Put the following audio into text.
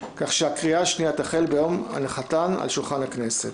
כך שהקריאה השנייה תחל ביום הנחתן על שולחן הכנסת.